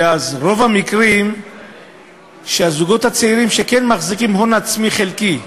ואז ברוב המקרים הזוגות הצעירים כן מחזיקים בהון עצמי חלקי,